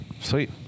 Sweet